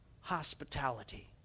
hospitality